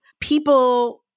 people